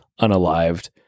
unalived